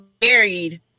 married